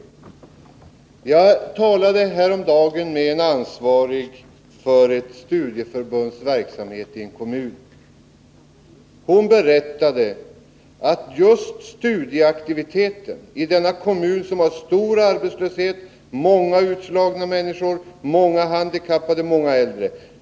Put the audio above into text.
Häromdagen talade jag med en person som är ansvarig för ett studieförbunds verksamhet i en kommun med stor arbetslöshet, många utslagna människor, många handikappade och många äldre.